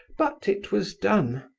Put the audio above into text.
but it was done,